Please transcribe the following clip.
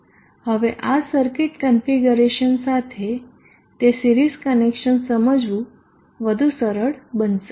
હવે આ circuit configuration સાથે તે સિરિઝ કનેક્શન સમજવું વધુ સરળ બનશે